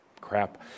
crap